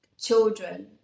children